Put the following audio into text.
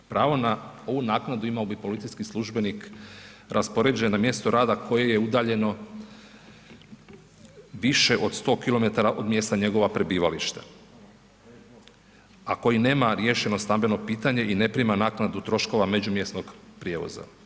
Pravo na ovu naknadu imao bi policijski službenik raspoređen na mjesto rada koje je udaljeno više od 100 km od mjesta njegova prebivališta, a koji nema riješeno stambeno pitanje i ne prima naknadu troškova međumjesnog prijevoza.